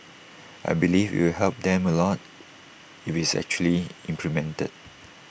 I believe IT will help them A lot if it's actually implemented